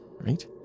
Right